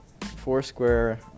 Foursquare